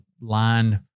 line